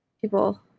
people